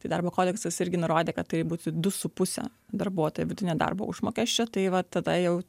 tai darbo kodeksas irgi nurodė kad turi būti du su puse darbuotojo vidutinio darbo užmokesčio tai vat tada jau